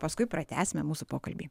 paskui pratęsime mūsų pokalbį